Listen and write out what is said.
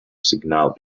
signal